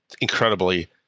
incredibly